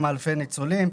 אלפי ניצולים.